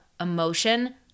emotion